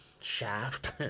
Shaft